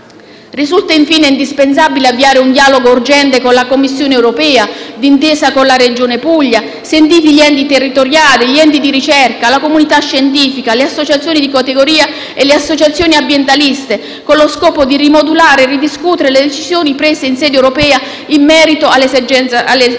Risulta, infine, indispensabile avviare un dialogo urgente con la Commissione europea, d'intesa con la Regione Puglia, sentiti gli enti territoriali, gli enti di ricerca e la comunità scientifica, le associazioni di categoria e le associazioni ambientaliste, con lo scopo di rimodulare e ridiscutere le decisioni prese in sede europea in merito alla emergenza xylella.